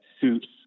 suits